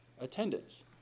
attendance